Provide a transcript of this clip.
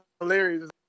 hilarious